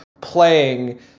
playing